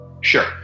sure